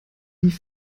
die